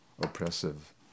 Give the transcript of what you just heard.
oppressive